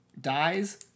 dies